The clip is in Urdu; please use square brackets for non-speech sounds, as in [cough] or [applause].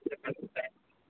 [unintelligible]